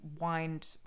wind